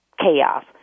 chaos